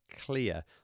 clear